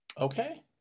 Okay